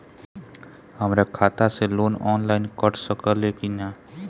हमरा खाता से लोन ऑनलाइन कट सकले कि न?